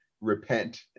repent